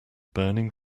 burning